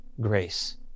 grace